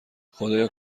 خدایا